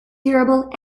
durable